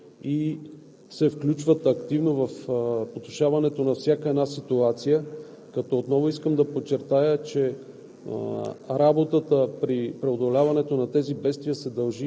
обезпечават се с всички възможни средства за защита и се включват активно в решаването на всяка една ситуация. Отново искам да подчертая, че